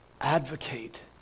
advocate